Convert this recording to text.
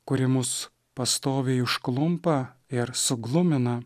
kuri mus pastoviai užklumpa ir suglumina